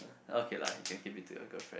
okay lah you can give it to your girlfriend